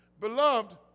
Beloved